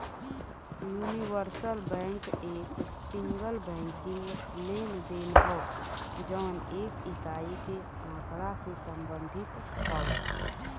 universal bank एक single banking लेनदेन हौ जौन एक इकाई के आँकड़ा से संबंधित हौ